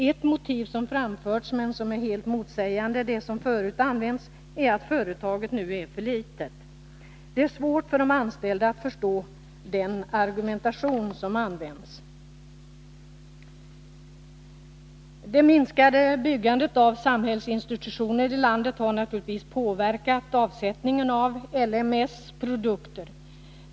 Ett motiv som framförts men som helt motsäger det som förut använts är att företaget nu är för litet. Det är svårt för de anställda att förstå den argumentation som används. Det minskade byggandet av samhällsinstitutioner i landet har naturligtvis påverkat avsättningen när det gäller L M E:s produkter.